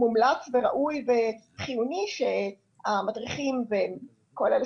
מומלץ וראוי וחיוני שהמדריכים וכל אלה